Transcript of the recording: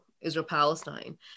Israel-Palestine